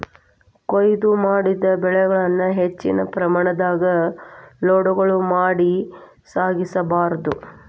ಕೋಯ್ಲು ಮಾಡಿದ ಬೆಳೆಗಳನ್ನ ಹೆಚ್ಚಿನ ಪ್ರಮಾಣದಾಗ ಲೋಡ್ಗಳು ಮಾಡಿ ಸಾಗಿಸ ಬಾರ್ದು